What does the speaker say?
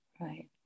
right